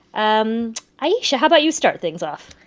um ayesha, how about you start things off?